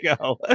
go